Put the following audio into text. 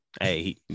Hey